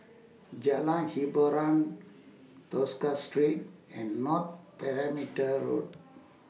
Jalan Hiboran Tosca Street and North Perimeter Road